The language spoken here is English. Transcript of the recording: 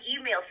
email